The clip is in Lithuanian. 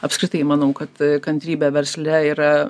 apskritai manau kad kantrybė versle yra